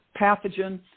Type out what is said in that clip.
pathogen